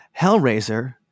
Hellraiser